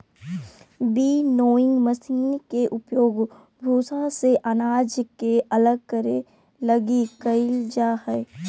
winnowing machine के उपयोग भूसा से अनाज के अलग करे लगी कईल जा हइ